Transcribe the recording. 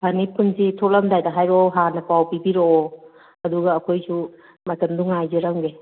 ꯐꯅꯤ ꯄꯨꯟꯁꯤ ꯊꯣꯂꯛꯑꯝꯗꯥꯏꯗ ꯍꯥꯏꯔꯛꯑꯣ ꯍꯥꯟꯅ ꯄꯥꯎ ꯄꯤꯕꯤꯔꯛꯑꯣ ꯑꯗꯨꯒ ꯑꯩꯈꯣꯏꯁꯨ ꯃꯇꯝꯗꯨ ꯉꯥꯏꯖꯔꯝꯒꯦ